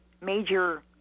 major